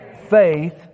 Faith